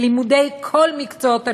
בלימודי כל מקצועות הליבה,